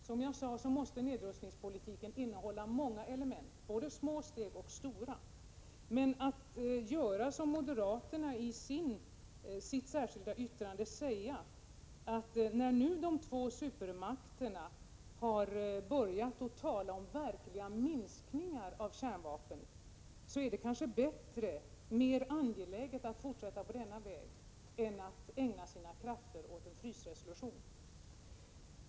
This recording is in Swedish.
Som jag sade måste nedrustningspolitiken innehålla många element, både små steg och stora. I sitt särskilda yttrande säger moderaterna, att när nu de två supermakterna har börjat tala om verkliga minskningar av kärnvapen, är det kanske bättre och mer angeläget att fortsätta på denna väg än att ägna sina krafter åt en frysningsresolution.